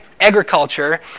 agriculture